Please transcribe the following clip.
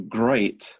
great